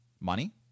money